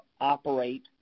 operate